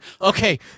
Okay